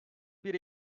bir